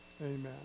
Amen